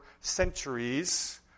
centuries